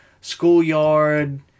schoolyard